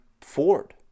Ford